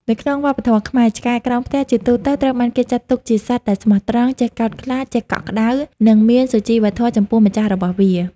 នៅក្នុងវប្បធម៌ខ្មែរ ឆ្កែក្រោមផ្ទះជាទូទៅត្រូវបានគេចាត់ទុកជាសត្វដែលស្មោះត្រង់ ចេះកោតខ្លាច ចេះកក់ក្តៅ និងមានសុជីវធម៌ចំពោះម្ចាស់របស់វា។